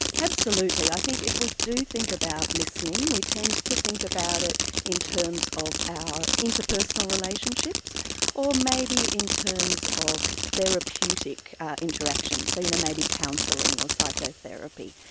absolutely. i think if we do think about listening, we tend to think about it in terms of our interpersonal relationships or maybe in terms of therapeutic interactions, so you know maybe counselling or psychotherapy.